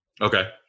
Okay